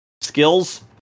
skills